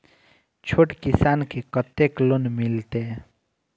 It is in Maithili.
छोट किसान के कतेक लोन मिलते?